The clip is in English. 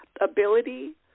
ability